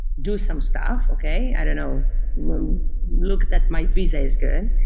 do some stuff. okay? i don't know look that my visa is good,